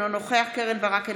אינו נוכח קרן ברק,